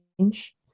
change